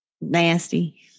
Nasty